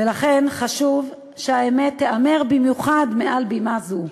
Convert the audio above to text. ולכן חשוב שהאמת תיאמר, במיוחד מעל בימה זו.